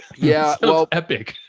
yeah. well, epic.